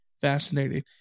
fascinating